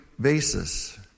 basis